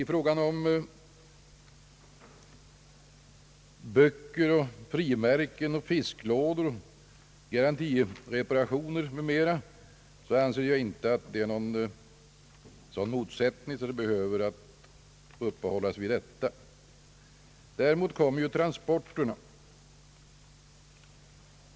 I fråga om böcker, frimärken, fisklådor, garantireparationer m.m. anser jag inte att det råder någon sådan motsättning att vi behöver uppehålla oss vid detta. Sedan gäller det transporterna.